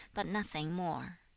but nothing more